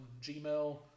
Gmail